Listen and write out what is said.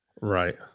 Right